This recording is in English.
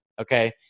Okay